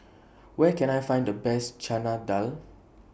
Where Can I Find The Best Chana Dal